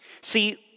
See